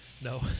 No